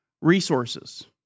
resources